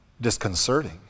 disconcerting